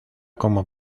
como